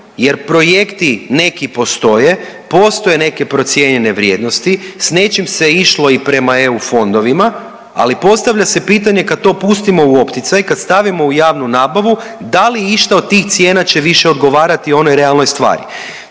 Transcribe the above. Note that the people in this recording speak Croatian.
jer projekti neki postoje, postoje neke procijenjene vrijednosti, s nečim se išlo i prema EU fondovima, ali postavlja se pitanje kad to pustimo u opticaj, kad stavimo u javnu nabavu, da li išta od tih cijela će više odgovarati onoj realnoj stvari